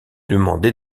demandé